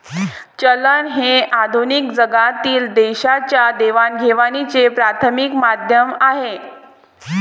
चलन हे आधुनिक जगातील देशांच्या देवाणघेवाणीचे प्राथमिक माध्यम आहे